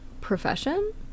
profession